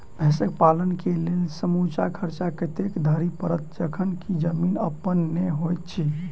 भैंसक पालन केँ लेल समूचा खर्चा कतेक धरि पड़त? जखन की जमीन अप्पन नै होइत छी